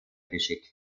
geschickt